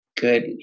good